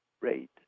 rate